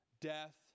Death